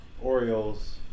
Orioles